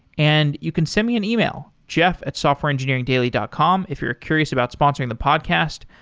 and you can send me an email, jeff at softwareengineeringdaily dot com if you're curious about sponsoring the podcast,